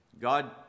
God